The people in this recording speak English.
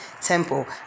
temple